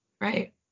Right